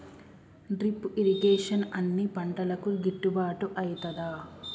Drip irrigation అన్ని పంటలకు గిట్టుబాటు ఐతదా?